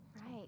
Right